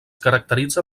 caracteritza